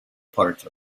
part